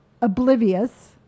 oblivious